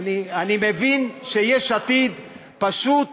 מבין שיש עתיד פשוט